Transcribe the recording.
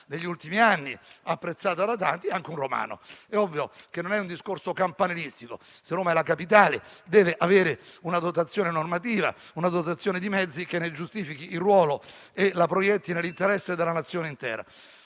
degli ultimi anni, apprezzata da tanti, ed è anche un romano. È ovvio che questo non è un discorso campanilistico: se Roma è la Capitale, deve avere una dotazione normativa e di mezzi che ne giustifichi il ruolo e la proietti nell'interesse della Nazione intera.